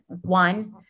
One